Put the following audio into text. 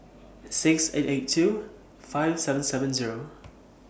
six eight eight two five seven seven Zero